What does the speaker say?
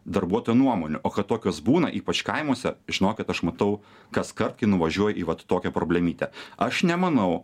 darbuotojų nuomonių o kad tokios būna ypač kaimuose žinokit aš matau kaskart kai nuvažiuoju į vat tokią problemytę aš nemanau